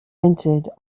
entered